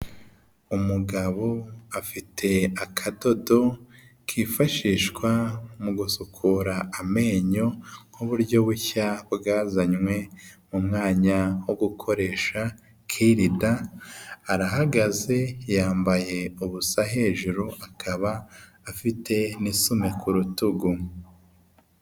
Umugabo afite akadodo kifashishwa mu gusukura amenyo nkuburyo bushya bwazanywe mu mwanya wo gukoresha kirida arahagaze yambaye ubusa hejuru akaba afite ni'isume k'urutugu